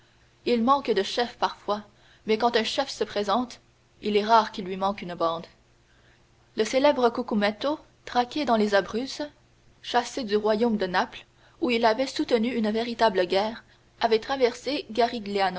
il manque de chefs parfois mais quand un chef se présente il est rare qu'il lui manque une bande le célèbre cucumetto traqué dans les abruzzes chassé du royaume de naples où il avait soutenu une véritable guerre avait traversé